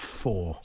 four